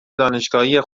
دانشگاهی